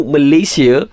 Malaysia